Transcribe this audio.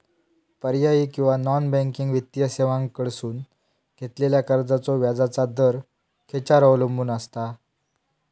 पर्यायी किंवा non banking वित्तीय सेवांकडसून घेतलेल्या कर्जाचो व्याजाचा दर खेच्यार अवलंबून आसता?